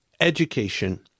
Education